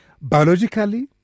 Biologically